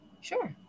Sure